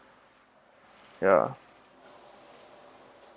ya